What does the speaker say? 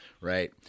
Right